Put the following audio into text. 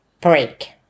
break